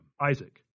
Isaac